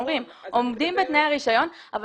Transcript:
הם אומרים שעומדים בתנאי הרישיון אבל